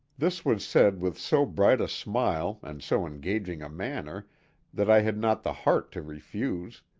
this was said with so bright a smile and so engaging a manner that i had not the heart to refuse,